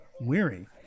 weary